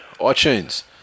iTunes